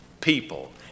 people